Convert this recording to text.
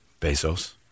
Bezos